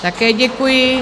Také děkuji.